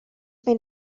made